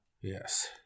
Yes